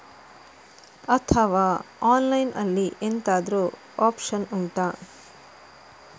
ಅಥವಾ ಆನ್ಲೈನ್ ಅಲ್ಲಿ ಎಂತಾದ್ರೂ ಒಪ್ಶನ್ ಉಂಟಾ